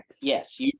yes